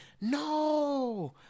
no